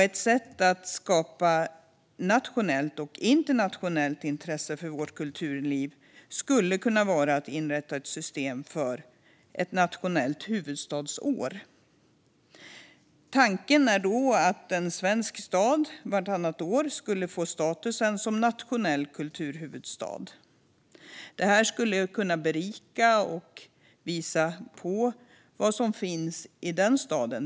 Ett sätt att skapa nationellt och internationellt intresse för vårt kulturliv skulle kunna vara att inrätta ett system för ett nationellt kulturhuvudstadsår. Tanken är då att en svensk stad vartannat år skulle få status som nationell kulturhuvudstad. Detta skulle kunna berika och visa på vad som finns i den staden.